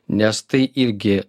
nes tai irgi